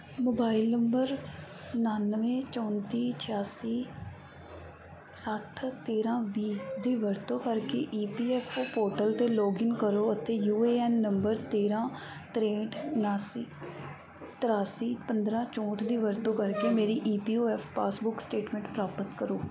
mobile number ਉਨਾਨਵੇਂ ਚੌਂਤੀ ਛਿਆਸੀ ਸੱਠ ਤੇਰਾਂ ਵੀਹ ਦੀ ਵਰਤੋਂ ਕਰਕੇ E P F O portal 'ਤੇ ਲੌਗਇਨ ਕਰੋ ਅਤੇ ਯੂ ਏ ਐੱਨ ਨੰਬਰ ਤੇਰਾਂ ਤਰੇਂਹਠ ਉਨਾਸੀ ਤਰਿਆਸੀ ਪੰਦਰਾਂ ਚੌਂਹਠ ਦੀ ਵਰਤੋਂ ਕਰਕੇ ਮੇਰੀ E P F O passbook statement ਪ੍ਰਾਪਤ ਕਰੋ